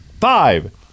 five